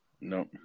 No